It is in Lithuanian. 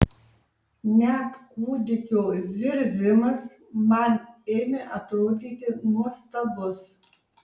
net kūdikio zirzimas man ėmė atrodyti nuostabus